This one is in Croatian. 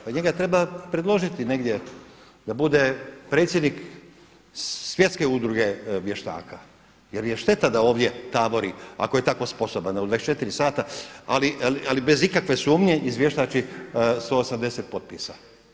Pa njega treba predložiti negdje da bude predsjednik Svjetske udruge vještaka, jer je šteta da ovdje tabori ako je tako sposoban da u 24 sata ali bez ikakve sumnje izvještaći 180 potpisa.